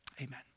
Amen